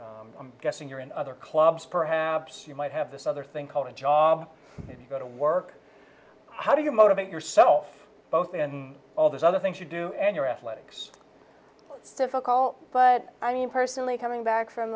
academics i'm guessing you're in other clubs perhaps you might have this other thing called a job and you go to work how do you motivate yourself both in all those other things you do and your athletics it's difficult but i mean personally coming back from